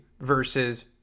versus